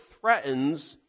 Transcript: threatens